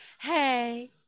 hey